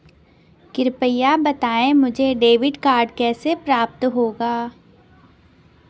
कृपया बताएँ मुझे डेबिट कार्ड कैसे प्राप्त होगा?